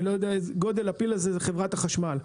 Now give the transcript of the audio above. גודל הפיל הזה הוא חברת החשמל.